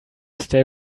stay